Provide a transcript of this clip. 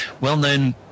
well-known